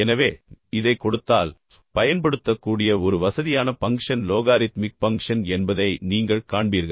எனவே இதைக் கொடுத்தால் பயன்படுத்தக்கூடிய ஒரு வசதியான பங்க்ஷன் லோகாரித்மிக் பங்க்ஷன் என்பதை நீங்கள் காண்பீர்கள்